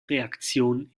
reaktion